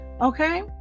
okay